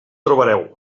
trobareu